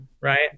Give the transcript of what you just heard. right